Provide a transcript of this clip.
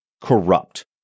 corrupt